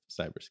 cybersecurity